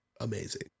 amazing